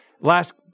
Last